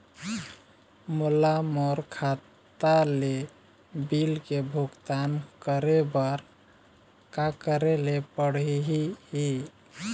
मोला मोर खाता ले बिल के भुगतान करे बर का करेले पड़ही ही?